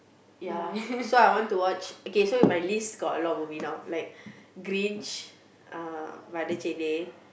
ya so I want to watch okay so my list got a lot of movie now like Grinch uh